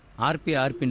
rp ah and